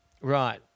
Right